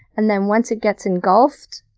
and then once it gets engulfed,